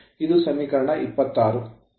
ಇದು ಸಮೀಕರಣ 26